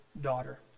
daughter